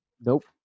Nope